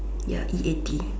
ya E A T